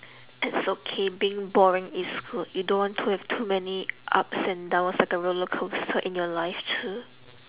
it's okay being boring is good you don't want to have too many ups and downs like a roller coaster in your life too